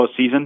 postseason